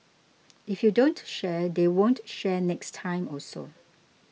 if you don't share they won't share next time also